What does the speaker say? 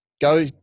go